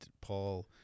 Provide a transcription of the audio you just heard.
paul